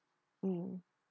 mm